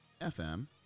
FM